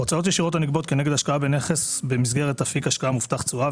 הוצאות ישירות הנגבות כנגד השקעה בנכס במסגרת אפיק השקעה מובטח תשואה,